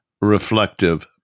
reflective